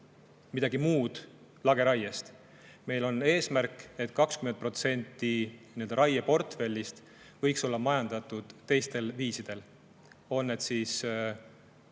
midagi muud kui lageraie. Meil on eesmärk, et 20% raieportfellist võiks olla majandatud teistel viisidel, on need siis